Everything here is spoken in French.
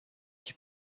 qui